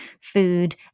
food